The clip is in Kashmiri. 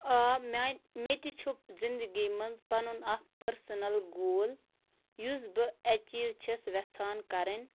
آ میانہِ مےٚ تہِ چھُ زندگی مَنٛز پَنُن اَکھ پٔرسٕنَل گول یُس بہٕ ایٚچیٖو چھس یژھان کَرٕنۍ